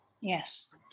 Yes